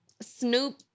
Snoop